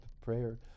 prayer